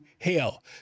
hell